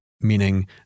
meaning